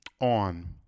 on